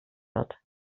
wird